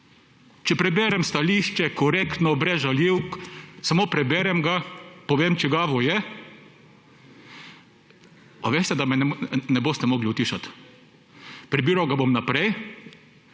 Če preberem stališče, korektno, brez žaljivk, samo preberem ga, povem, čigavo je – a veste, da me ne boste mogli utišati? Prebiral ga bom naprej,